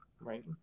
right